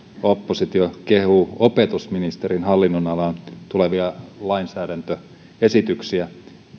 oppositio niin kehuu opetusministerin hallinnonalaan tulevia lainsäädäntöesityksiä